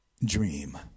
dream